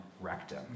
rectum